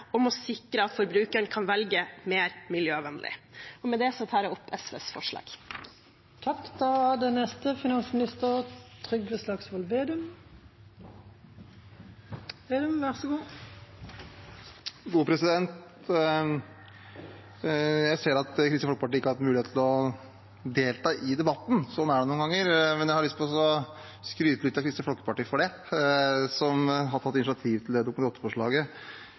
om å sikre at forbrukeren kan velge mer miljøvennlig. Med det tar jeg opp forslagene SV er med på. Representanten Kari Elisabeth Kaski har tatt opp de forslagene hun refererte til. Jeg ser at Kristelig Folkeparti ikke har hatt mulighet til å delta i debatten. Sånn er det noen ganger. Jeg har likevel lyst til å skryte litt av Kristelig Folkeparti, som har tatt initiativ til